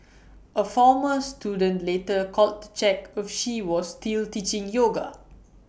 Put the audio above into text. A former student later called to check if she was still teaching yoga